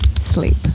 Sleep